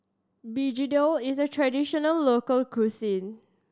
begedil is a traditional local cuisine